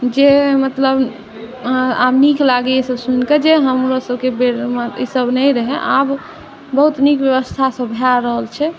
जे मतलब आब नीक लागैए ईसब सुनिके जे हमरासबके बेरमे तब नहि रहै आब बहुत नीक बेबस्थासब भऽ रहल छै